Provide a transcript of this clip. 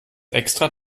extra